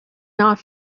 not